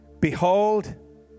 Behold